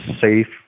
safe